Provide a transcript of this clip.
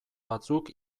batzuk